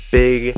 big